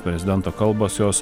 prezidento kalbos jos